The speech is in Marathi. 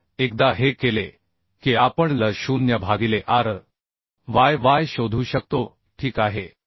तर एकदा हे केले की आपण L0 भागिले r y y शोधू शकतो ठीक आहे